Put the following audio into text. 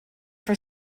for